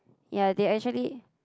ya they actually